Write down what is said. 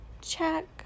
check